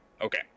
Okay